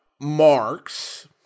marks